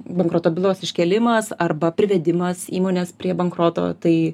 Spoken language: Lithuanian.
bankroto bylos iškėlimas arba privedimas įmonės prie bankroto tai